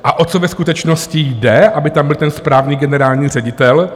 A o co ve skutečnosti jde, aby tam byl ten správný generální ředitel?